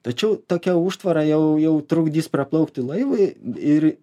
tačiau tokia užtvara jau jau trukdys praplaukti laivui ir